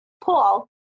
Paul